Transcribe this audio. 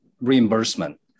reimbursement